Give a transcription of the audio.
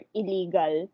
illegal